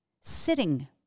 Sitting